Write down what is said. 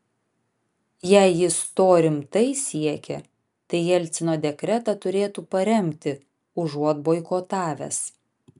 jei jis to rimtai siekia tai jelcino dekretą turėtų paremti užuot boikotavęs